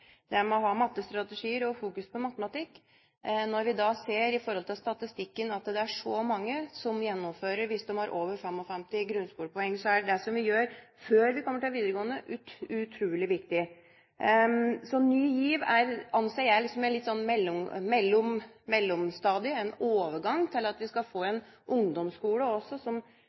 det å ha mattestrategier og fokus på matematikk. Når vi ser på statistikken at det er så mange som gjennomfører hvis de har over 55 grunnskolepoeng, er det vi gjør før vi kommer til videregående, utrolig viktig. Ny GIV anser jeg som et mellomstadium – en overgang til at vi skal få en ungdomsskole som er med og bidrar til å legge et godt grunnlag for videregående. Jeg tror kanskje at det som